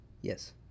Yes